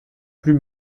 plus